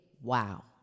wow